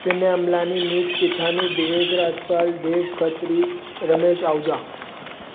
Vinay Ambalani Meet Kithani Divesh Rajpal Dev Khatri Ramesh Ahuja